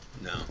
no